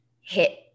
hit